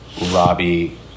robbie